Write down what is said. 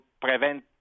prevent